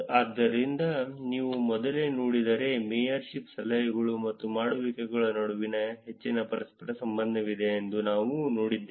ಆದ್ದರಿಂದ ನೀವು ಮೊದಲೇ ನೋಡಿದರೆ ಮೇಯರ್ಶಿಪ್ ಸಲಹೆಗಳು ಮತ್ತು ಮಾಡುವಿಕೆಗಳ ನಡುವೆ ಹೆಚ್ಚಿನ ಪರಸ್ಪರ ಸಂಬಂಧವಿದೆ ಎಂದು ನಾವು ನೋಡಿದ್ದೇವೆ